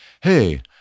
Hey